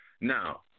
Now